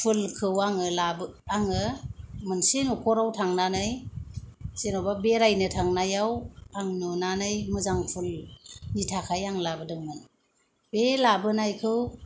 फुलखौ आङो लाबो आङो मोनसे नखराव थांनानै जेन'बा बेरायनो थांनायाव आं नुनानै मोजां फुलनि थाखाय आं लाबोदोंमोन बे लाबोनायखौ